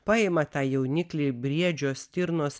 paima tą jauniklį briedžio stirnos